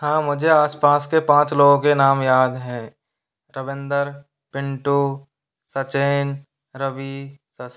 हाँ मुझे आस पास के पाँच लोगों के नाम याद हैं रविंदर पिंटू सचिन रवि शशि